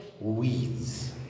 Weeds